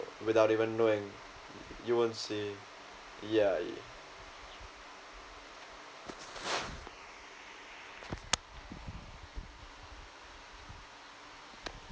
without even knowing you won't see ya